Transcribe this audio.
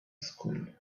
school